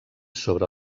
sobre